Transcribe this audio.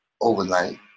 overnight